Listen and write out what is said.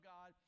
God